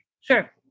Sure